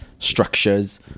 structures